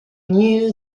knew